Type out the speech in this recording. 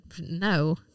no